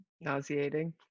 Nauseating